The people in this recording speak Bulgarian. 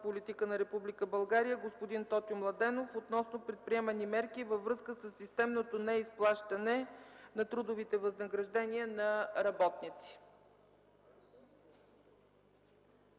политика на Република България господин Тотю Младенов относно предприемани мерки във връзка със системното неизплащане на трудовите възнаграждения на работници”.